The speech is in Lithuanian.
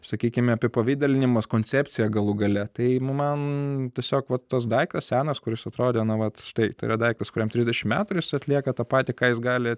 sakykime apipavidalinimas koncepcija galų gale tai man tiesiog va tas daiktas senas kuris atrodė anuomet tai yra daiktas kuriam trisdešimt metų jis atlieka tą patį ką jis gali